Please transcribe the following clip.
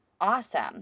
awesome